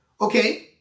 Okay